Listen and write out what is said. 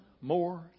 more